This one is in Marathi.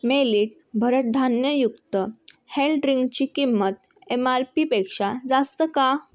मेलिट भरडधान्ययुक्त हेल्थ ड्रिंकची किंमत एम आर पीपेक्षा जास्त का